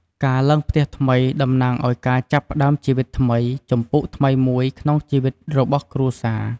ការឡើងផ្ទះថ្មីតំណាងឱ្យការចាប់ផ្តើមជីវិតថ្មី ជំពូកថ្មីមួយក្នុងជីវិតរបស់គ្រួសារ។